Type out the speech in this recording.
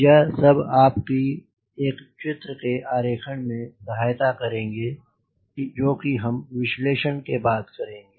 यह सब आपकी एक चित्र के आरेखण में सहायता करेंगे जो कि हम विश्लेषण के बाद करेंगे